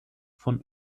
von